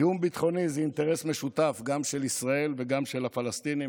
תיאום משותף זה אינטרס משותף גם של ישראל וגם של הפלסטינים.